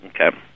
Okay